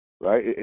right